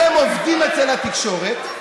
אתם עובדים אצל התקשורת,